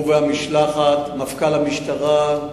הוא והמשלחת, מפכ"ל המשטרה,